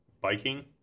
biking